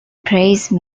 praise